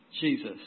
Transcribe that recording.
Jesus